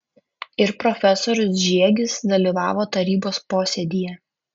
ir profesorius žiegis dalyvavo tarybos posėdyje